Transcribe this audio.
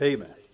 Amen